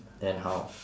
then how